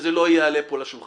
שזה לא יעלה פה לשולחן.